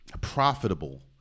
profitable